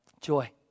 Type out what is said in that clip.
joy